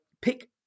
pick